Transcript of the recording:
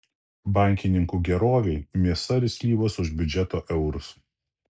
bankininkų gerovei mėsa ir slyvos už biudžeto eurus